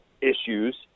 issues